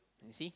you see